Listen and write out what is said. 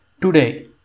Today